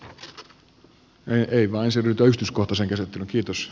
äkt ei voisi mitoitus kokkosen kiitos